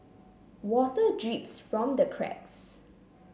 water drips from the cracks